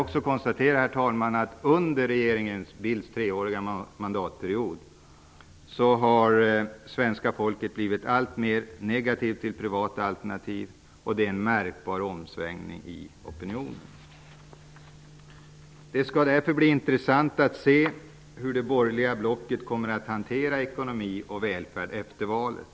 Jag kan konstatera, herr talman, att svenska folket under regeringen Bildts tre år vid makten har blivit alltmer negativt till privata alternativ. Det har här skett en märkbar omsvängning i opinionen. Det skall bli intressant att se hur det borgerliga blocket kommer att hantera ekonomi och välfärd efter valet.